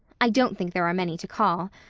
i don't think there are many to call.